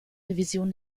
revision